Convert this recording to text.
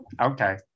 okay